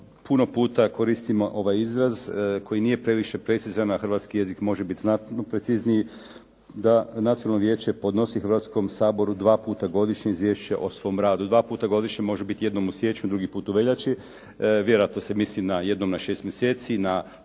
puno puta koristimo ovaj izraz koji nije previše precizan, a hrvatski jezik može biti znatno precizniji da Nacionalno vijeće podnosi Hrvatskom saboru dva puta godišnje izvješće o svom radu. Dva puta godišnje može biti jednom u siječnju, drugi put u veljači. Vjerojatno se misli na jednom na šest mjeseci, na